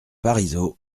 parisot